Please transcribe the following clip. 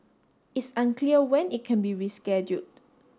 it's unclear when it can be rescheduled